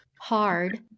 hard